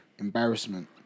embarrassment